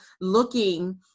looking